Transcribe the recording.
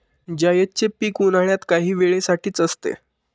जायदचे पीक उन्हाळ्यात काही वेळे साठीच असते